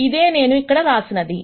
ఇదే నేను ఇక్కడ వ్రాసినది